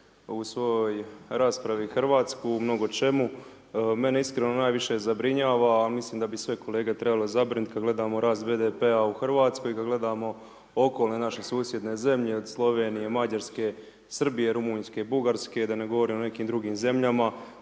u svojoj raspravi Hrvatsku u mnogo čemu. Mene iskreno najviše zabrinjava ali mislim da bi i sve kolege trebalo zabrinuti kada gledamo rast BDP-a u Hrvatskoj i kad gledamo okolne naše susjedne zemlje od Slovenije, Mađarske, Srbije, Rumunjske i Bugarske, da ne govorimo o nekim drugim zemljama